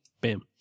Bam